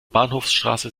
bahnhofsstraße